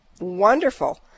wonderful